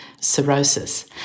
cirrhosis